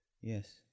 Yes